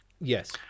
Yes